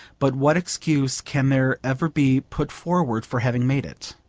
but what excuse can there ever be put forward for having made it?